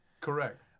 Correct